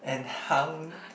and hung